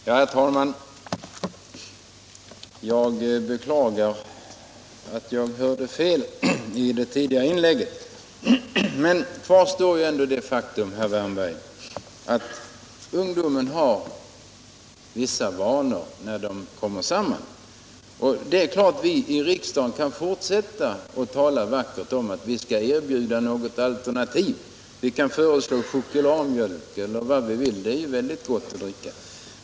Herr talman! Jag beklagar att jag hörde fel när jag lyssnade till det tidigare inlägget. Men kvar står ändå det faktum, herr Wärnberg, att ungdomarna har vissa vanor när de kommer samman. Det är klart att vi i riksdagen kan fortsätta att tala vackert om att vi skall erbjuda något alternativ. Vi kan föreslå choklad — eller mjölk eller vad vi vill — det är ju väldigt gott att dricka.